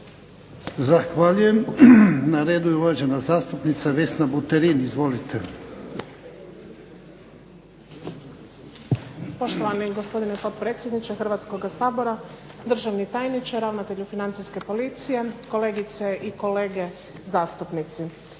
Zahvaljujem. Na redu je uvažena zastupnica Vesna Buterin. Izvolite.